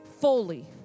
fully